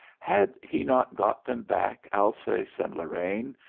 had he not got them back alsace and lorraine,